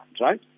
right